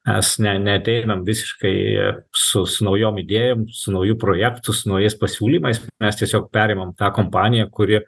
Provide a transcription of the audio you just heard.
mes ne neateiname visiškai su naujom idėjom su nauju projektu su naujais pasiūlymais mes tiesiog perimam tą kompaniją kuri